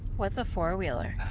what's a four-wheeler? a